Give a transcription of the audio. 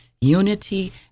unity